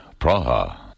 Praha